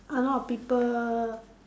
a lot of people